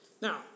Now